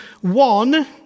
one